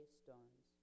stones